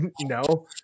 No